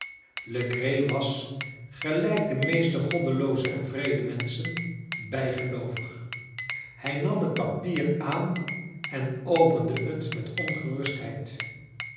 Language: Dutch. legree was gelijk de meeste goddelooze en wreede menschen bijgeloovig hij nam het papier aan en opende het met ongerustheid